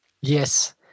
Yes